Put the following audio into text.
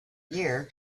year